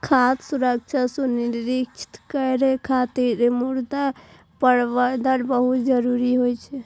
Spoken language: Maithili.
खाद्य सुरक्षा सुनिश्चित करै खातिर मृदा प्रबंधन बहुत जरूरी होइ छै